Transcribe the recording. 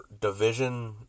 division